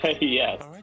Yes